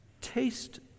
Taste